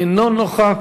אינו נוכח,